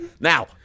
Now